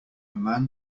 man